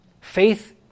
Faith